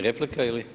Replika ili?